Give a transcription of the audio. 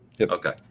okay